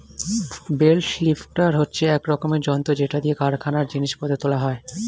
bell lifter হচ্ছে এক রকমের যন্ত্র যেটা দিয়ে কারখানায় জিনিস পত্র তোলা হয়